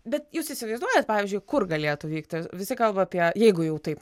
bet jūs įsivaizduojat pavyzdžiui kur galėtų vykti visi kalba apie jeigu jau taip nutiktų